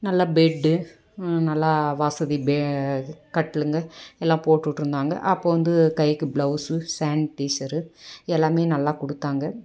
நல்லா பெட்டு நல்லா வசதி கட்டிலுங்க எல்லாம் போட்டுவிட்டுருந்தாங்க அப்போது வந்து கைக்கு கிளவுஸ்ஸு சானிடைசரு எல்லாம் நல்லா கொடுத்தாங்க